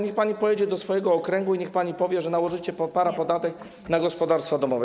Niech pani pojedzie do swojego okręgu i niech pani powie, że nałożycie parapodatek na gospodarstwa domowe.